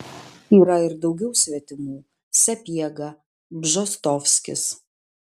yra ir daugiau svetimų sapiega bžostovskis